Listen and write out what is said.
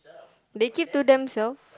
they keep to themselves